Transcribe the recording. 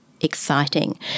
exciting